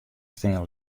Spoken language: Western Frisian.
stean